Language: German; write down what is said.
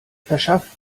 verschaff